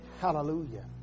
Hallelujah